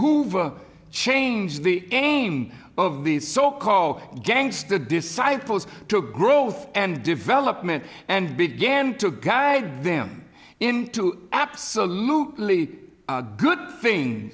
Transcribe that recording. hoover change the name of these so called gangster disciples to growth and development and began to guide them into absolutely good thing